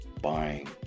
buying